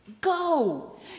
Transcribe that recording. Go